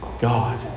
God